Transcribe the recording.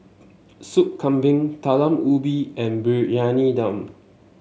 Soup Kambing Talam Ubi and Briyani Dum